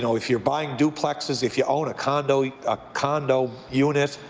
so if you're buying duplexes, if you own a condo a condo unit,